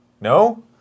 No